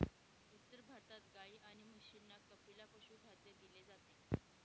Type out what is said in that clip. उत्तर भारतात गाई आणि म्हशींना कपिला पशुखाद्य दिले जाते